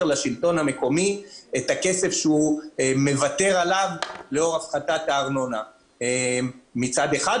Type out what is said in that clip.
לשלטון המקומי את הכסף שהוא מוותר עליו לאור הפחתת הארנונה מצד אחד,